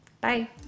Bye